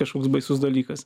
kažkoks baisus dalykas